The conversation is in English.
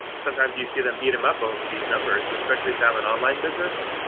sometimes you see them beat them up over these numbers, especially if they have an online business.